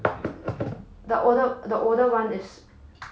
the older the older one is